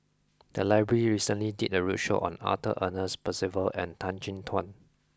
the library recently did a roadshow on Arthur Ernest Percival and Tan Chin Tuan